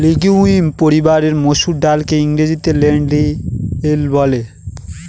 legume পরিবারের মসুর ডালকে ইংরেজিতে লেন্টিল বলে